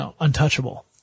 untouchable